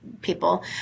people